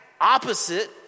opposite